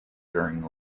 during